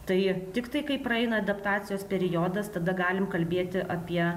tai tiktai kai praeina adaptacijos periodas tada galim kalbėti apie